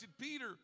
Peter